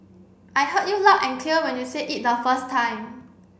I heard you loud and clear when you said it the first time